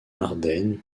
ardenne